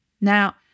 Now